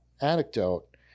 anecdote